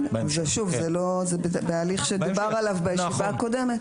זה בהליך שדובר עליו בישיבה הקודמת.